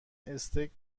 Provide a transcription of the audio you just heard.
استیک